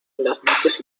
noches